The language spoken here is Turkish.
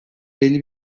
belli